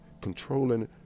controlling